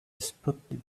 spotted